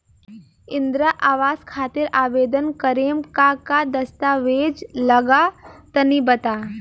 इंद्रा आवास खातिर आवेदन करेम का का दास्तावेज लगा तऽ तनि बता?